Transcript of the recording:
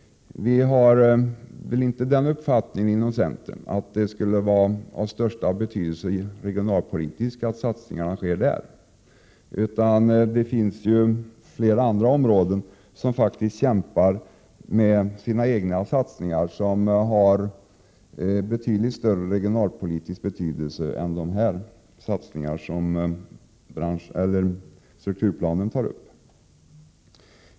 Vi har väl inte den uppfattningen inom centern att det skulle vara av största betydelse regionalpolitiskt att satsningarna sker där. Det finns ju flera andra områden som faktiskt kämpar med sina egna satsningar, vilka har betydligt större regionalpolitisk betydelse än de satsningar som strukturplanen tar upp.